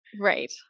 right